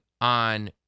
on